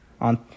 on